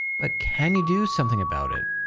but can you do something about it?